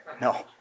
No